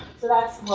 so that's